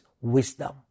wisdom